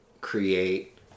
create